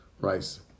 rice